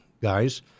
guys